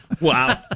Wow